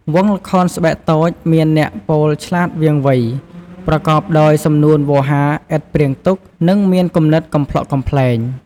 វង់ល្ខោនស្បែកតូចមានអ្នកពោលឆ្លាតវាងវៃ ប្រកបដោយសំនួនវោហារឥតព្រាងទុក និងមានគំនិតកំប្លុកកំប្លែង។